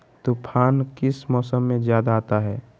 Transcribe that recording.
तूफ़ान किस मौसम में ज्यादा आता है?